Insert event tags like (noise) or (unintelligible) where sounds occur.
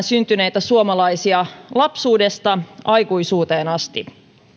(unintelligible) syntyneitä suomalaisia lapsuudesta aikuisuuteen asti